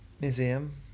museum